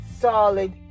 solid